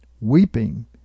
weeping